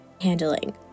handling